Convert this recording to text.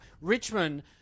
Richmond